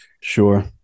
sure